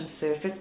Surface